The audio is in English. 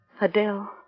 Adele